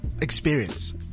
experience